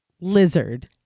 Lizard